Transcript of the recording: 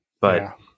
but-